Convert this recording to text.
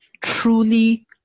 truly